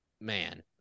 man